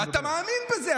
ואתה מאמין בזה,